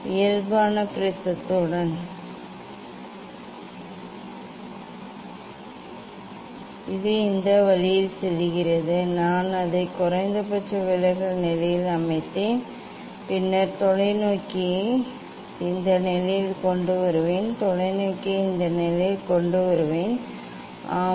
இது இந்த வழியில் செல்கிறது நான் அதை குறைந்தபட்ச விலகல் நிலையில் அமைத்தேன் பின்னர் தொலைநோக்கியை இந்த நிலையில் கொண்டு வருவேன் தொலைநோக்கியை இந்த நிலையில் கொண்டு வருவேன் ஆம்